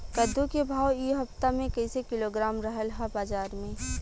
कद्दू के भाव इ हफ्ता मे कइसे किलोग्राम रहल ह बाज़ार मे?